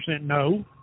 no